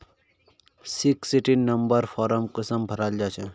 Sixteen number form कुंसम भराल जाछे?